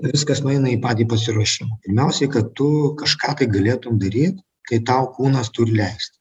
viskas nueina į patį pasiruošimą pirmiausiai kad tu kažką tai galėtum daryt tai tau kūnas turi leist